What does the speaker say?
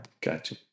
Gotcha